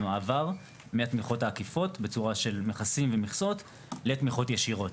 במעבר מהתמיכות העקיפות בצורה של מכסים ומכסות לתמיכות ישירות.